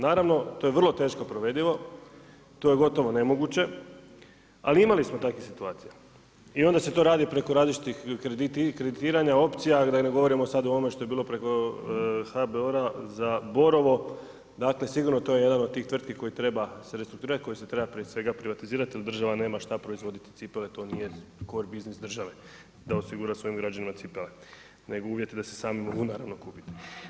Naravno, to je vrlo teško provedivo, to je gotovo nemoguće, ali imali smo takvih situacija i onda se to radi preko različitih kreditiranja, opcija i da ne govorimo sada o ovome što je bilo preko HBOR-a za Borovo, dakle sigurno to je jedan od tih tvrtki koje treba restrukturirati koje se treba prije svega privatizirati jer država nema šta proizvoditi cipele to nije core business države da osigura svojim građanima cipele nego uvjete da si mogu naravno sami kupiti.